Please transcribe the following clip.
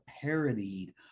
parodied